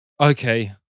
okay